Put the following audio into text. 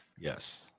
Yes